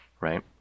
right